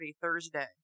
Thursday